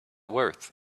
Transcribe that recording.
worth